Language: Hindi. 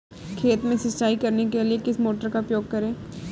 खेत में सिंचाई करने के लिए किस मोटर का उपयोग करें?